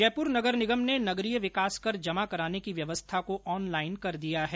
जयपुर नगर निगम ने नगरीय विकास कर जमा कराने की व्यवस्था को ऑनलाईन कर दिया है